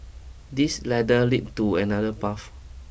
this ladder lead to another path